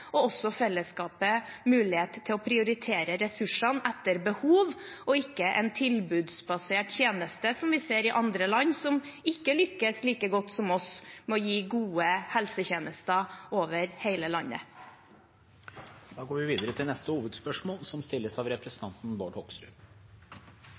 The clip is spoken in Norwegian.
og gir også fellesskapet mulighet til å prioritere ressursene etter behov, og ikke en tilbudsbasert tjeneste, som vi ser i andre land, som ikke lykkes like godt som oss med å gi gode helsetjenester over hele landet. Vi går videre til neste hovedspørsmål.